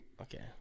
okay